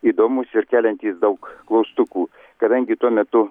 įdomūs ir keliantys daug klaustukų kadangi tuo metu